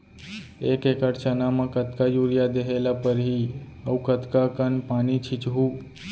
एक एकड़ चना म कतका यूरिया देहे ल परहि अऊ कतका कन पानी छींचहुं?